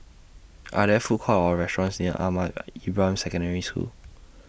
Are There Food Courts Or restaurants near Ahmad Ibrahim Secondary School